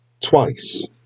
Twice